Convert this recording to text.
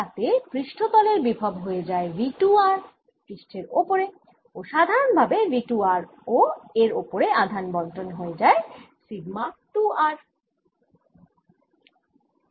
যাতে পৃষ্ঠতলের বিভব হয়ে যায় V 2 r পৃষ্ঠের ওপরে ও সাধারণভাবে V 2 r ও এর ওপরে আধান বণ্টন হয়ে যায় সিগমা 2 r